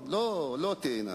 לא בדברים ולא